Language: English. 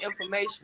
information